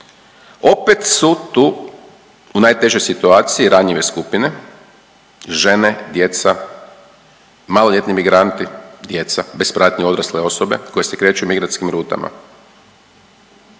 Opet su tu u najtežoj situaciji, ranjive skupine žene, djeca, maloljetni migranti, djeca bez pratnje odrasle osobe koje se kreću migrantskim rutama.